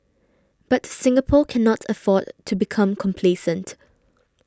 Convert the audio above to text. but Singapore cannot afford to become complacent